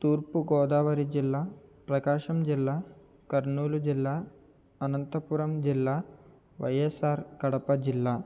తూర్పుగోదావరి జిల్లా ప్రకాశం జిల్లా కర్నూలు జిల్లా అనంతపురం జిల్లా వైఎస్ఆర్ కడప జిల్లా